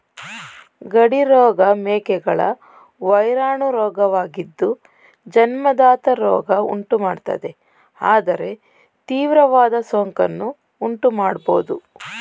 ಗಡಿ ರೋಗ ಮೇಕೆಗಳ ವೈರಾಣು ರೋಗವಾಗಿದ್ದು ಜನ್ಮಜಾತ ರೋಗ ಉಂಟುಮಾಡ್ತದೆ ಆದರೆ ತೀವ್ರವಾದ ಸೋಂಕನ್ನು ಉಂಟುಮಾಡ್ಬೋದು